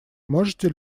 можете